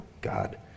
God